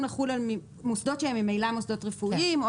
לחול על מוסדות שהם ממילא מוסדות רפואיים,